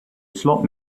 slot